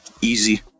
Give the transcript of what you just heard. easy